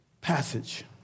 passage